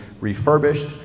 refurbished